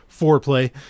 foreplay